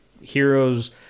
heroes